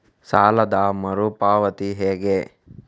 ಸಾಲದ ಮರು ಪಾವತಿ ಹೇಗೆ?